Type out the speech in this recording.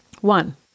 One